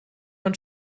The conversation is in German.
von